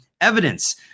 evidence